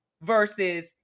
Versus